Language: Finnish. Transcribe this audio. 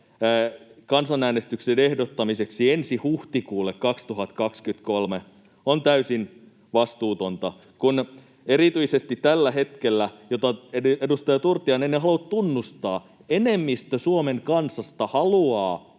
kansanäänestyksen ehdottaminen ensi huhtikuulle 2023 on täysin vastuutonta, kun erityisesti tällä hetkellä, mitä edustaja Turtiainen ei halua tunnustaa, enemmistö Suomen kansasta haluaa